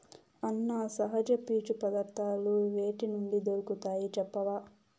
అన్నా, సహజ పీచు పదార్థాలు వేటి నుండి దొరుకుతాయి చెప్పవా